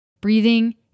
Breathing